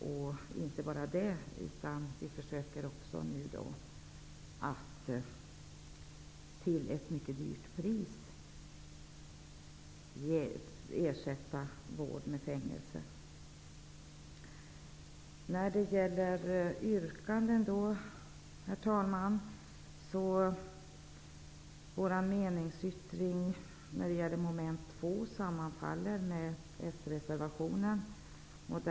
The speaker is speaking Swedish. Och inte bara det -- vi försöker också nu att till ett mycket högt pris ersätta vård med fängelsestraff. Herr talman! Vår meningsyttring avseende mom. 2 sammanfaller med Socialdemokraternas reservation.